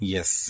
Yes